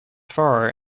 far